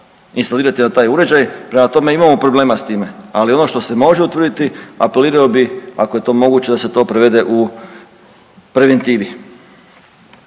instalirati na taj uređaj, prema tome imamo problema s time, ali ono što se može utvrditi, apelirao bi ako je to moguće da se to prevede u preventivi.